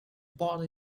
butter